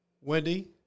Wendy